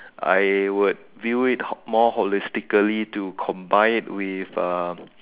I would view it more holistically to combine it with uh